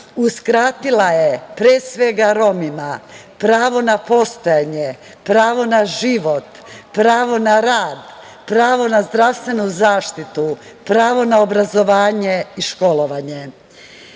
uskratila je, pre svega Romima, pravo na postojanje, pravo na život, pravo na rad, pravo na zdravstvenu zaštitu, pravo na obrazovanje i školovanje. Žuto